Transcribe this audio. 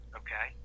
okay